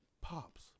Pops